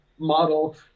model